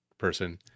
person